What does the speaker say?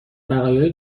بقایای